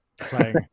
playing